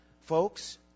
Folks